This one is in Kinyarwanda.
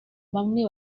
bamwe